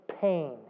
pain